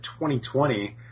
2020